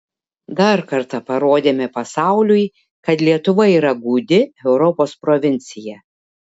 dar kartą parodėme pasauliui kad lietuva yra gūdi europos provincija